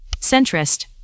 centrist